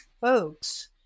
folks